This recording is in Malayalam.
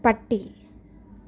പട്ടി